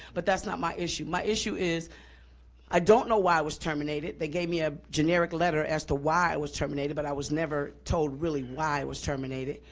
but that's not my issue. my issue is i don't know why i was terminated. they gave me a generic letter as to why i was terminated, but i was never told really why i was terminated,